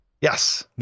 Yes